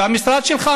והמשרד שלך,